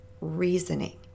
reasoning